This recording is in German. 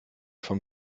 vom